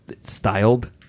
styled